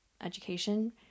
education